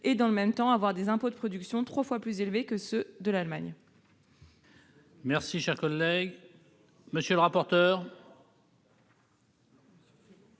et, dans le même temps, avoir des impôts de production trois fois plus élevés que ceux de l'Allemagne.